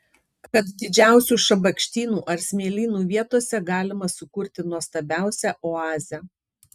kad didžiausių šabakštynų ar smėlynų vietose galima sukurti nuostabiausią oazę